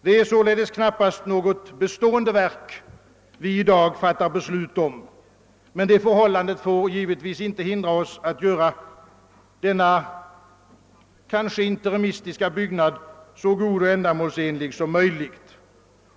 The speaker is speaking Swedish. Det är alltså knappast något bestående verk som vi i dag fattar beslut om, men det förhållandet får givetvis inte hindra oss från att göra denna kanske interimistiska byggnad så god och ändamålsenlig som möjligt.